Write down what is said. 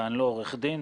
ואני לא עורך דין,